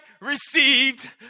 received